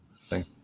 Thank